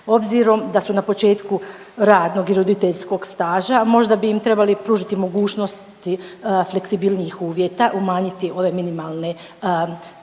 Obzirom da su na početku radnog i roditeljskog staža možda bi im trebali pružiti mogućnost fleksibilnijih uvjeta, umanjiti ove minimalne propise